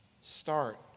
start